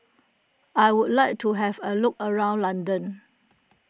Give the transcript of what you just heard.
I would like to have a look around London